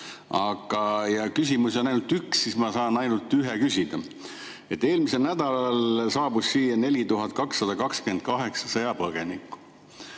Kuna küsimusi on ainult üks, siis ma saan ainult ühe küsida. Eelmisel nädalal saabus siia 4228 sõjapõgenikku.